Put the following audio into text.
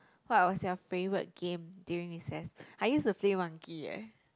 what was your favourite game during recess I use to play monkey eh